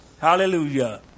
Hallelujah